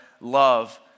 love